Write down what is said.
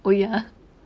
oh ya